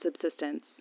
subsistence